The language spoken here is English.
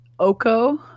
Oko